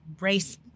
race